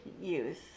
youth